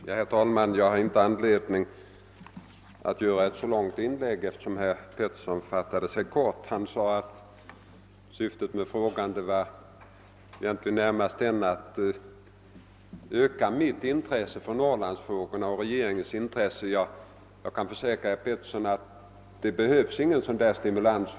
Herr talman! Jag har inte anledning att göra något längre inlägg, eftersom herr Petersson i Gäddvik fattade sig kort. Han sade att hans syfte närmast varit att öka mitt och regeringens intresse för Norrlandsfrågorna. Jag kan försäkra herr Petersson att det inte behövs någon sådan stimulans.